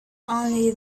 only